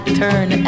turn